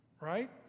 right